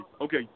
okay